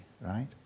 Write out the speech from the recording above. right